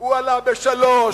הוא עלה ב-3%.